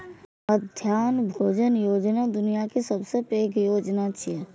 मध्याह्न भोजन योजना दुनिया के सबसं पैघ योजना छियै